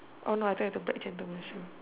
no I don't have the black gentleman shoe